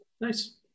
Nice